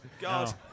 God